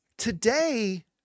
Today